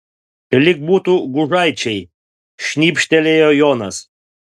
lyg būtų gužaičiai šnibžtelėjo jonas